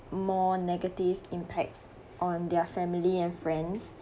more negative impacts on their family and friends